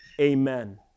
Amen